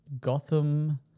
Gotham